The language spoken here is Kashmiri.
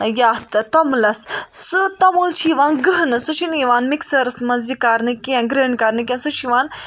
یَتھ توٚملَس سُہ توٚمُل چھُ یوان گٕہنہٕ سُہ چھُنہٕ یوان مِکسَرس منٛز یہِ کَرنہٕ کیٚنٛہہ گٕرنڈ کَرنہٕ کیٚنٛہہ سُہ چھُ یوان